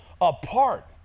apart